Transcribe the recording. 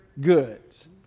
goods